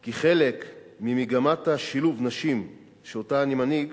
כי כחלק ממגמת שילוב הנשים שאני מנהיג,